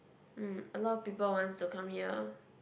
mm a lot of people wants to come here